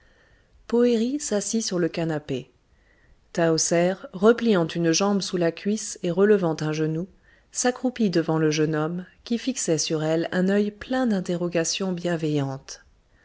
poëri s'assit sur le canapé tahoser repliant une jambe sous la cuisse et relevant un genou s'accroupit devant le jeune homme qui fixait sur elle un œil plein d'interrogations bienveillantes